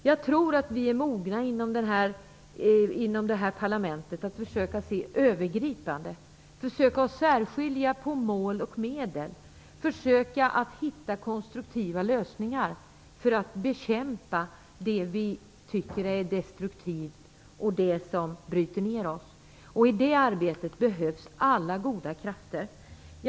Jag tror att vi inom det här parlamentet är mogna nog att kunna se övergripande, att kunna särskilja mål och medel, att kunna hitta konstruktiva lösningar för att bekämpa det som är destruktivt och bryter mer människor. I det arbetet behövs alla goda krafter. Fru talman!